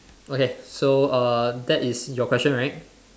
okay so uh that is your question right